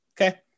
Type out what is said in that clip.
Okay